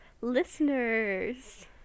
listeners